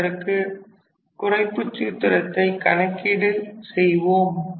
என்பதற்கான குறைப்புச் சூத்திரத்தை கணக்கீடு செய்வோம்